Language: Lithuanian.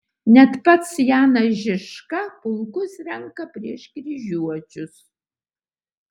net pats janas žižka pulkus renka prieš kryžiuočius